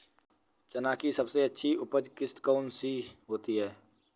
चना की सबसे अच्छी उपज किश्त कौन सी होती है?